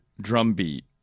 drumbeat